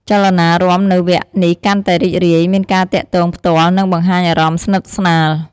ចលនារាំនៅវគ្គនេះកាន់តែរីករាយ មានការទាក់ទងផ្ទាល់ និងបង្ហាញអារម្មណ៍ស្និទ្ធស្នាល។